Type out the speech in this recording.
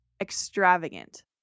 extravagant